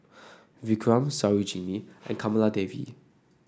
Vikram Sarojini and Kamaladevi